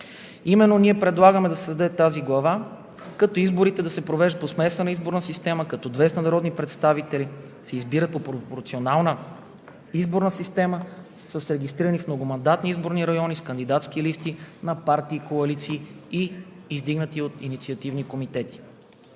Именно ние предлагаме да се създаде тази глава, като изборите да се провеждат по смесена изборна система и 200 народни представители се избират по пропорционална изборна система, регистрирани в многомандатни изборни райони, в кандидатски листи на партии и коалиции и издигнати от инициативни комитети.